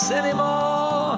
anymore